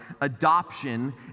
adoption